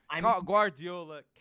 Guardiola